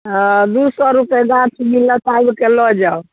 हँ दू सए रुपए गाछ मिलत आबि कऽ लऽ जाउ